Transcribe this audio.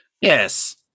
Yes